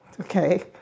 Okay